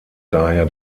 daher